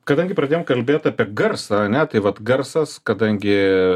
kadangi pradėjom kalbėt apie garsą ane tai vat garsas kadangi